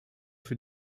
für